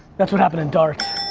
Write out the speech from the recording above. that's what happened in darts.